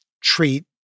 treat